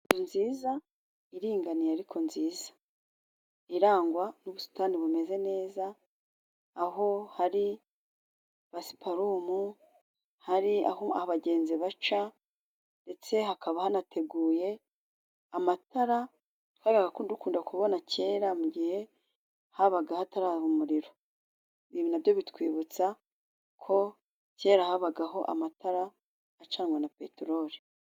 Inzu nziza iringaniye ariko nziza irangwa n'ubusitani bumeze neza, aho hari pasiparumu ,hari aho abagenzi baca, ndetse hakaba hanateguye amatara twajyaga dukunda kubona kera mu gihe habaga hataraba umuriro, ibi nabyo bitwibutsa ko kera habagaho amatara acanwa na peteroli.